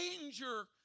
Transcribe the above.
danger